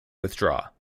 withdraw